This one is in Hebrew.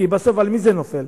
כי בסוף על מי זה נופל,